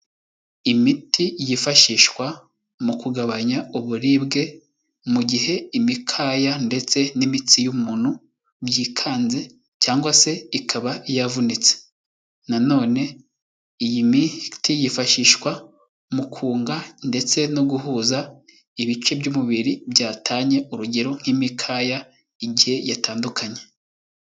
Imiti yifashishwa mu kugabanya uburibwe mu gihe imikaya ndetse n'imitsi y'umuntu byikanze cyangwa se ikaba yavunitse. Nanone iyi miti yifashishwa mu kunga ndetse no guhuza ibice by'umubiri byatanye, urugero nk'imikaya igihe yatandukanye.